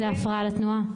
זו הפרעה לתנועה.